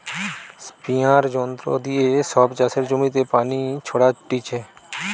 স্প্রেযাঁর যন্ত্র দিয়ে সব চাষের জমিতে পানি ছোরাটিছে